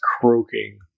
croaking